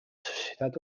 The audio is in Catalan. societat